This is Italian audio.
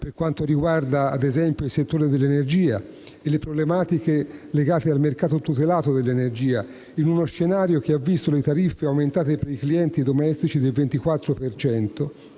per quanto riguarda, ad esempio, il settore dell'energia e le problematiche legate al mercato tutelato dell'energia, in uno scenario che ha visto le tariffe aumentare per i clienti domestici del 24